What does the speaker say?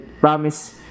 promise